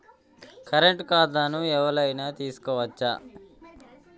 Current ఖాతాను ఎవలైనా తీసుకోవచ్చా?